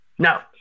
No